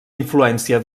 influència